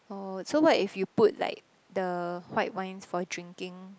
oh so what if you put like the white wines for drinking